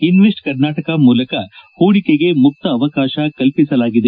invest Karnataka ಮೂಲಕ ಹೂಡಿಕೆಗೆ ಮುಕ್ತ ಅವಕಾಶ ಕಲ್ಲಿಸಲಾಗಿದೆ